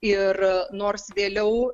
ir nors vėliau